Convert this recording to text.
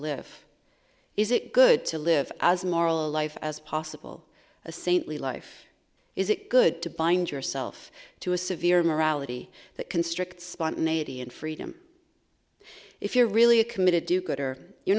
live is it good to live as moral a life as possible a saintly life is it good to bind yourself to a severe morality that constrict spontaneity and freedom if you're really a committed do gooder you're